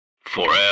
Forever